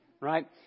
right